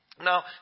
Now